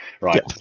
Right